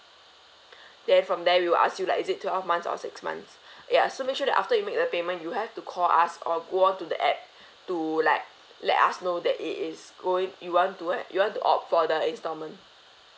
then from there we will ask you like is it twelve months or six months ya so make sure that after you make the payment you have to call us or go on to the app to like let us know that it is going you want to have you want to opt for the instalment